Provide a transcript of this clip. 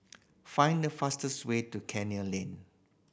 find the fastest way to Canning Ling